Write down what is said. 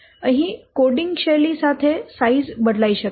અહીં કોડિંગ શૈલી સાથે સાઈઝ બદલાઈ શકે છે